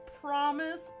Promise